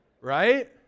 Right